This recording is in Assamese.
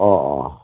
অঁ অঁ